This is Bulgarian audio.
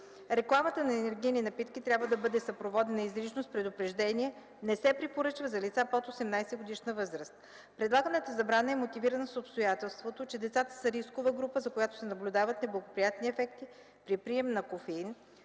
Рекламата на енергийни напитки трябва да бъде съпроводена изрично с предупреждение: „Не се препоръчва за лица под 18 годишна възраст”. Предлаганата забрана е мотивирана с обстоятелството, че децата са рискова група, за която се наблюдават неблагоприятни ефекти при прием на кофеин